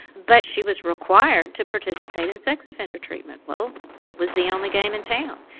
but she was required to participate in sex offender treatment. well it was the only game in town.